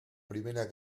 primera